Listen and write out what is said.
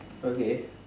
okay